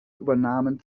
übernahmen